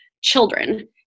children